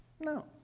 No